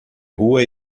rua